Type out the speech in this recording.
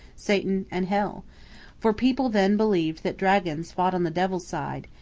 satan, and hell for people then believed that dragons fought on the devil's side,